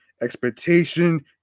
expectation